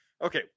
Okay